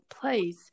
place